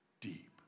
deep